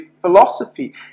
philosophy